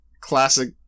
classic